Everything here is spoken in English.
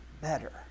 better